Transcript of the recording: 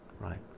right